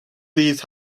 these